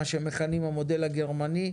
מה שמכנים המודל הגרמני.